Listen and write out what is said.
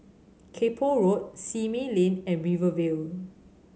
Kay Poh Road Simei Lane and Rivervale